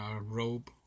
robe